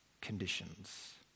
conditions